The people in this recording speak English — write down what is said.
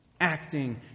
acting